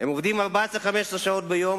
הם עובדים 15-14 שעות ביום,